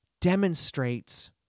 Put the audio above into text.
demonstrates